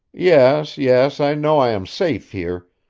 yes, yes, i know i am safe here,